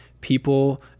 people